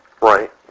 Right